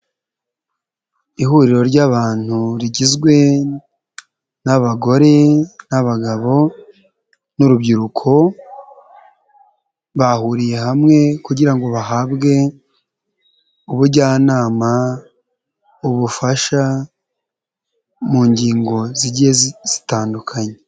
Ihuriro ry'abantu rigizwe n'abagore n'abagabo n'urubyiruko bahuriye hamwe kugira ngo bahabwe ubujyanama, ubufasha mu ngingo zigiye zitandukanye.